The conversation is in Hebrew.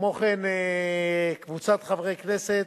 וכמו כן קבוצת חברי כנסת.